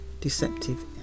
deceptive